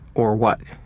or what?